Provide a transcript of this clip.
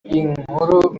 inkuru